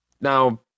Now